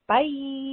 Bye